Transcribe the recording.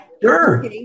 Sure